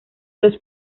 los